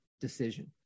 decision